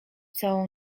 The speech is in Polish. całą